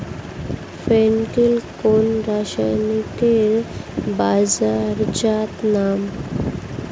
ফেন কিল কোন রাসায়নিকের বাজারজাত নাম?